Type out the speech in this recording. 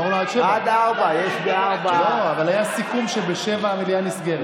אמרנו עד 07:00. עד 16:00. אבל היה סיכום שב-07:00 המליאה נסגרת.